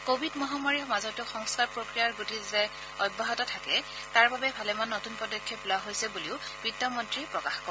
Covid মহামাৰীৰ মাজতো সংস্কাৰ প্ৰক্ৰিয়াৰ গতি যাতে অব্যাহত থাকে তাৰ বাবে ভালেমান নতুন পদক্ষেপ লোৱা হৈছে বুলি বিত্তমন্ত্ৰীয়ে প্ৰকাশ কৰে